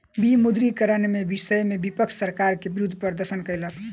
विमुद्रीकरण के विषय में विपक्ष सरकार के विरुद्ध प्रदर्शन कयलक